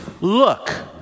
look